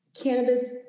cannabis